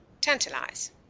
Tantalize